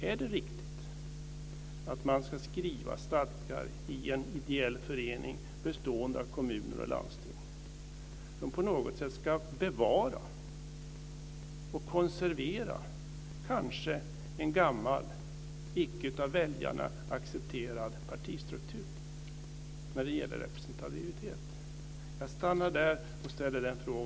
Är det riktigt att stadgarna för en förening som består av kommuner och landsting ska skrivas så att de bevarar och konserverar en gammal icke av väljarna accepterad partistruktur när det gäller representativitet?